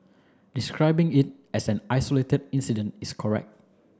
describing it as an isolated incident is correct